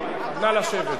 נא לשבת.